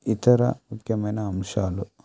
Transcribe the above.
ఇతర ముఖ్యమైన అంశాలు